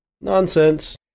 nonsense